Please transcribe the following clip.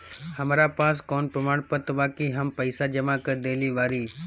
हमरा पास कौन प्रमाण बा कि हम पईसा जमा कर देली बारी?